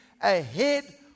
ahead